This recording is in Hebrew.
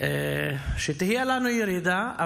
כך תהיה לנו ירידה.